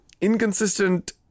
inconsistent